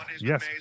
Yes